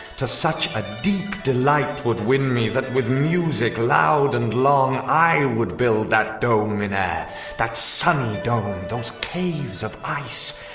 to such a deep delight twould win me that with music loud and long i would build that dome in air that sunny dome! those caves of ice!